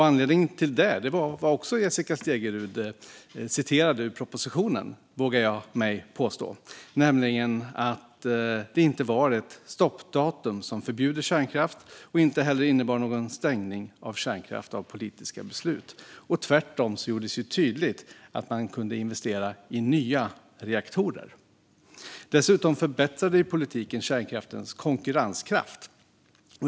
Anledningen var det Jessica Stegrud återgav ur propositionen, vågar jag mig påstå, nämligen att det inte var ett stoppdatum som förbjuder kärnkraft och inte heller innebar någon stängning av kärnkraft på grund av politiska beslut. Tvärtom gjordes tydligt att man kunde investera i nya reaktorer. Dessutom förbättrade politiken kärnkraftens konkurrenskraft.